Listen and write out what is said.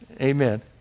Amen